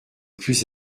plus